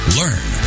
learn